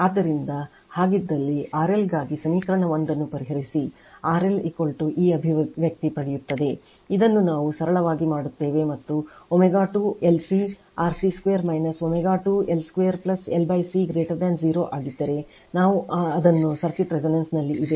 ಆದ್ದರಿಂದ ಹಾಗಿದ್ದಲ್ಲಿ RL ಗಾಗಿ ಸಮೀಕರಣ 1 ಅನ್ನು ಪರಿಹರಿಸಿ RL ಈ ಅಭಿವ್ಯಕ್ತಿ ಪಡೆಯುತ್ತದೆ ಇದನ್ನು ನಾವು ಸರಳವಾಗಿ ಮಾಡುತ್ತೇವೆ ಮತ್ತು ω2 LC RC2 ω2 L2 LC 0 ಆಗಿದ್ದರೆ ನಾವು ಅದನ್ನು ಸರ್ಕ್ಯೂಟ್ resonance ನಲ್ಲಿ ಇದೆ